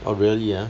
oh really ah